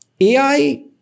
AI